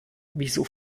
wieso